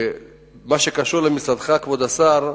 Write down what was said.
מה שקשור למשרדך, כבוד השר,